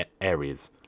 areas